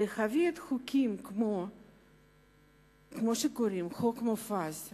להביא את החוקים כמו שקוראים חוק מופז,